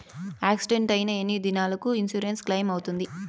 Accident అయిన ఎన్ని దినాలకు ఇన్సూరెన్సు క్లెయిమ్ అవుతుంది?